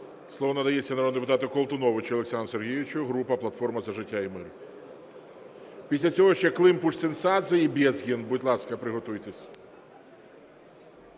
Слово надається народному депутату Колтуновичу Олександру Сергійовичу, група "Платформа за життя і мир". Після цього ще Климпуш-Цинцадзе і Безгін, будь ласка, приготуйтесь.